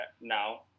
now